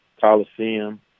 Coliseum